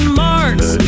marks